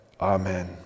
Amen